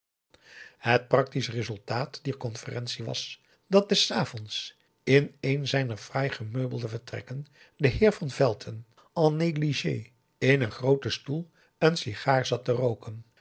het practisch resultaat dier conferentie was dat des avonds in een zijner fraai gemeubelde vertrekken de heer van velton en n é g l i g é in een grooten stoel een sigaar zat te rooken